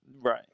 Right